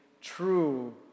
true